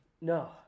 No